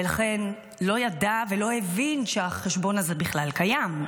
ולכן לא ידע ולא הבין שהחשבון הזה בכלל קיים.